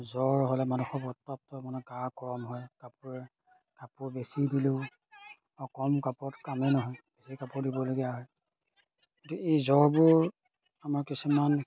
জ্বৰ হ'লে মানুহৰ মানে গা গৰম হয় কাপোৰে কাপোৰ বেছি দিলেও কম কাপোৰত কামেই নহয় বেছি কাপোৰ দিবলগীয়া হয় গতিকে এই জ্বৰবোৰ আমাৰ কিছুমান